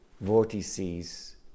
vortices